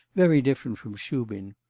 very different from shubin.